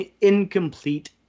incomplete